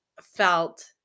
felt